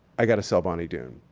i gotta sell bonny doon.